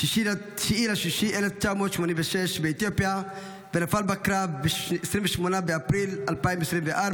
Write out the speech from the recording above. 9 ביוני 1986, ונפל בקרב ב-28 באפריל 2024,